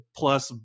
plus